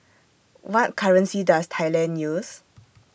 What currency Does Thailand use